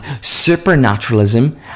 supernaturalism